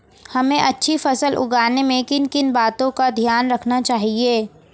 हमें अच्छी फसल उगाने में किन किन बातों का ध्यान रखना चाहिए?